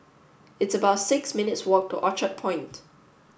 it's about six minutes' walk to Orchard Point